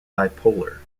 bipolar